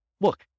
look